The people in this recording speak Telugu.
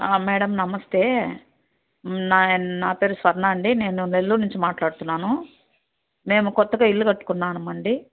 మేడం నమస్తే నా పె నా పేరు స్వర్ణ అండి నేను నెల్లూరు నుంచి మాట్లాడుతున్నాను మేము కొత్తగా ఇల్లు కట్టుకున్నామండీ